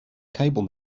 cable